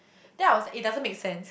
then I was like it doesn't make sense